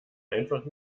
einfach